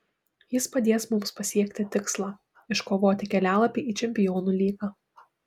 jis padės mums pasiekti tikslą iškovoti kelialapį į čempionų lygą